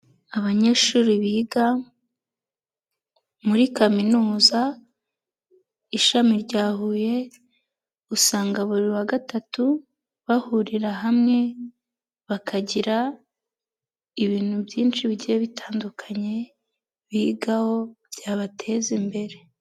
Abanyeshuri biga muri kaminuza ishami rya Huye, usanga buri wa gatatu bahurira hamwe, bakagira ibintu byinshi bigiye bitandukanye bigaho byabateza imbere.